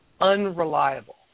unreliable